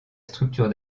structure